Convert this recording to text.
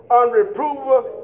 unreprovable